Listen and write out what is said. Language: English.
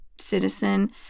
citizen